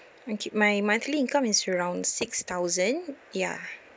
okay my monthly income is around six thousand ya